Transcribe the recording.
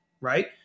Right